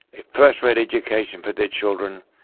a first-rate education for their children,